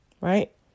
Right